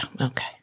okay